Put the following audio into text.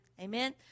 Amen